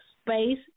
space